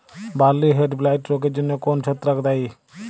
বার্লির হেডব্লাইট রোগের জন্য কোন ছত্রাক দায়ী?